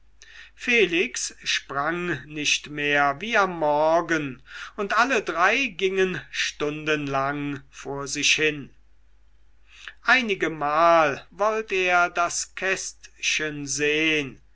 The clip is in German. felix sprang nicht mehr wie am morgen und alle drei gingen stundenlang vor sich hin einigemal wollt er das kästchen sehn